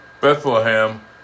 Bethlehem